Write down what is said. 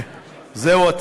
בזה אתה